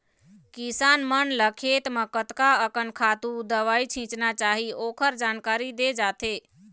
किसान मन ल खेत म कतका अकन खातू, दवई छिचना चाही ओखर जानकारी दे जाथे